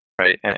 right